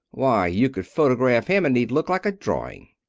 why, you could photograph him and he'd look like a drawing.